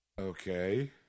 Okay